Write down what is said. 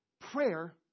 prayer